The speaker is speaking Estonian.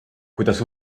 kuidas